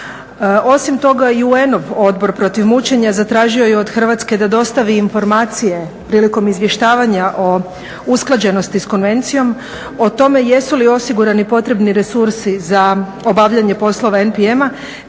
Osim toga i UN-ov Odbor protiv mučenja zatražio je od Hrvatske da dostavi informacije prilikom izvještavanja o usklađenosti s Konvencijom, o tome jesu li osigurani potrebni resursi za obavljanje poslova NPM-a,